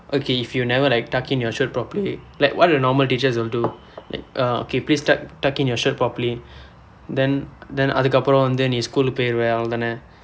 okay if you never like tuck in your shirt properly like what will normal teachers do like uh okay please tuck tuck in your shirt properly then then அதுக்கு அப்புறம் நீ:athukku appuram nii school பேயிருவ அவ்வளவு தானே:peeyiruva avvalavu thaanee